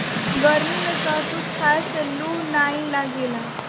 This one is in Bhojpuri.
गरमी में शहतूत खाए से लूह नाइ लागेला